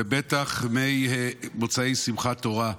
בטח ממוצאי שמחת תורה,